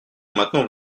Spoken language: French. maintenant